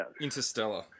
Interstellar